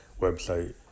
website